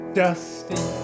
dusty